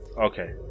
Okay